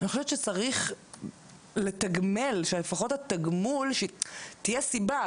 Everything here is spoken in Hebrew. צריך לתגמל, שתהיה סיבה.